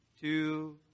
two